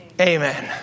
amen